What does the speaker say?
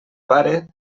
pare